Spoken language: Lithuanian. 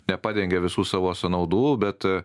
nepadengia visų savo sąnaudų bet